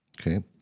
Okay